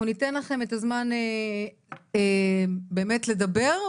אנחנו ניתן לכם את הזמן באמת לדבר,